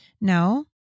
No